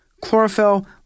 chlorophyll